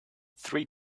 three